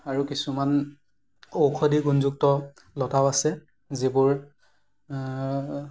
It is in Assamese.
আৰু কিছুমান ঔষধি গুণযুক্ত লতাও আছে যিবোৰ